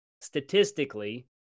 Statistically